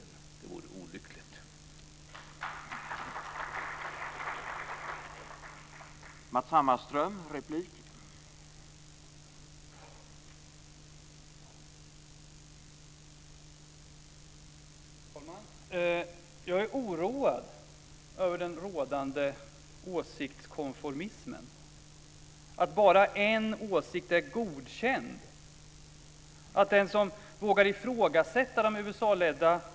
Det vore olyckligt.